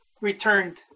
returned